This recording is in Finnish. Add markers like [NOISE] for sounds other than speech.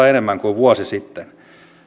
[UNINTELLIGIBLE] enemmän kuin vuosi sitten